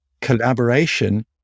Collaboration